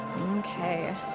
Okay